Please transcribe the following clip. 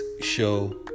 show